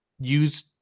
use